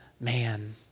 man